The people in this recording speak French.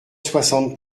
soixante